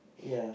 ya